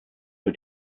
für